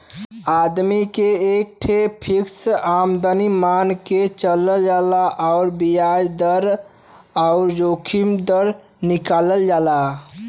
आदमी के एक ठे फ़िक्स आमदमी मान के चलल जाला अउर बियाज दर अउर जोखिम दर निकालल जाला